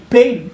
Pain